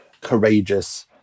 courageous